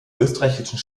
österreichischen